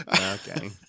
okay